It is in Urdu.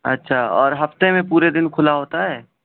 اچھا اور ہفتے میں پورے دن کھلا ہوتا ہے